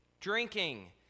drinking